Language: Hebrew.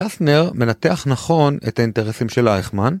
פרסנר מנתח נכון את האינטרסים של אייכמן.